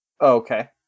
Okay